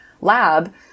lab